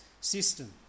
system